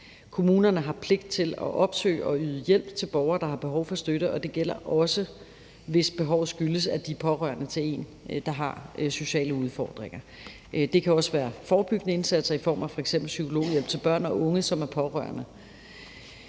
Kommunerne har pligt til at opsøge og yde hjælp til borgere, der har behov for støtte, og det gælder også, hvis behovet skyldes, at de pårørende er til en, der har sociale udfordringer. Det kan også være forebyggende indsatser i form af f.eks. psykologhjælp til børn og unge, som er pårørende.